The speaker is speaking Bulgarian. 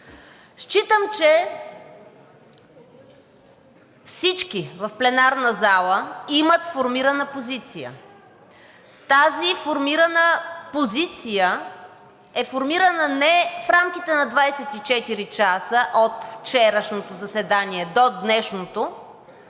Считам, че всички в пленарната зала имат формирана позиция. Тази формирана позиция е формирана не в рамките на 24 часа от вчерашното заседание до днешното,